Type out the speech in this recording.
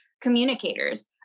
communicators